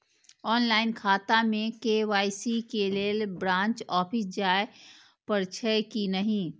Online खाता में KYC के लेल ब्रांच ऑफिस जाय परेछै कि नहिं?